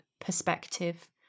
perspective